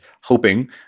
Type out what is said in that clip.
hoping